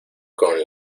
con